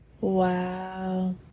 Wow